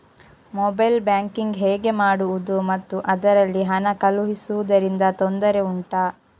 mobile banking ಹೇಗೆ ಮಾಡುವುದು ಮತ್ತು ಅದರಲ್ಲಿ ಹಣ ಕಳುಹಿಸೂದರಿಂದ ತೊಂದರೆ ಉಂಟಾ